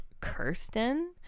Kirsten